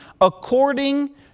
according